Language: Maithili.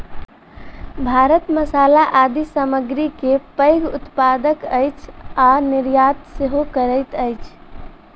भारत मसाला आदि सामग्री के पैघ उत्पादक अछि आ निर्यात सेहो करैत अछि